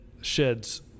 sheds